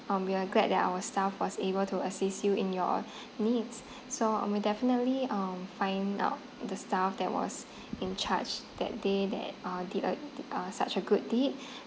um we're glad that our staff was able to assist you in your needs so um we'll definitely um find out the staff that was in charge that day that uh did a uh such a good deed